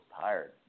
tired